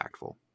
impactful